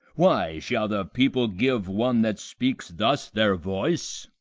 why shall the people give one that speaks thus their voice?